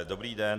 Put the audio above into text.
Dobrý den.